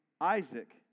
Isaac